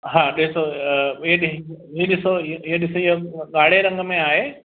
हा ॾिसो इ ॾि इहो ॾिसो इहो ॾिसो इहो ॻाड़े रंग में आहे